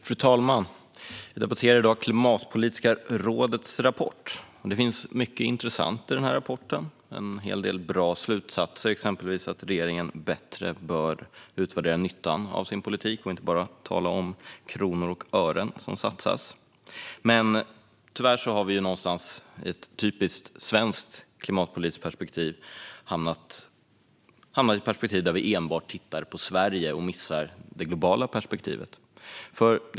Fru talman! Vi debatterar i dag Klimatpolitiska rådets rapport. Det finns mycket intressant i rapporten och en hel del bra slutsatser, exempelvis att regeringen bättre bör utvärdera nyttan av sin politik och inte bara tala om kronor och ören som satsas. Men tyvärr har vi någonstans hamnat i ett typiskt svenskt klimatpolitiskt perspektiv där vi enbart tittar på Sverige och missar det globala perspektivet.